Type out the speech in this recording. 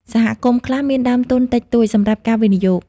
សហគមន៍ខ្លះមានដើមទុនតិចតួចសម្រាប់ការវិនិយោគ។